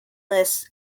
lists